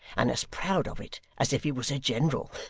and as proud of it as if he was a general.